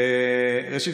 ראשית,